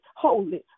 holy